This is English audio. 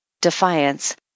defiance